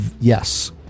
Yes